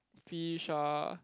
fish ah